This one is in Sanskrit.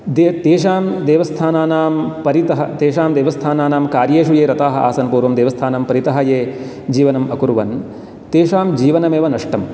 तेषां देवस्थानानां परितः तेषां देवस्थानानां कार्येषु ये रताः आसन् पूर्वं देवस्थानं परितः ये जीवनम् अकुर्वन् तेषां जीवनमेव नष्टं